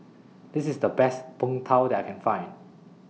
This IS The Best Png Tao that I Can Find